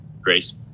grace